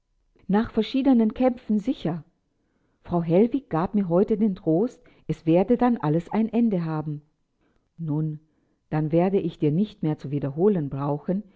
nach verschiedenen kämpfen sicher frau hellwig gab mir heute den trost es werde dann alles ein ende haben nun und dann werde ich dir nicht mehr zu wiederholen brauchen